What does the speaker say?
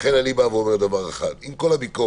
לכן אני אומר דבר אחד: עם כל הביקורת